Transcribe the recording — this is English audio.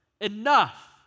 Enough